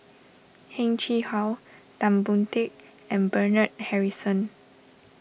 Heng Chee How Tan Boon Teik and Bernard Harrison